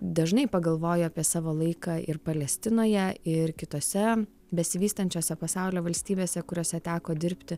dažnai pagalvoju apie savo laiką ir palestinoje ir kitose besivystančiose pasaulio valstybėse kuriose teko dirbti